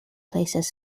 places